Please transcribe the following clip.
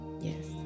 yes